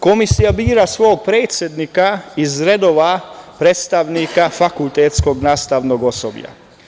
Komisija bira svog predsednika iz redova predstavnika fakultetskog nastavnog osoblja.